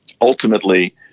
ultimately